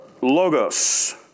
logos